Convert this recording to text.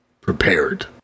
prepared